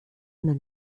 mir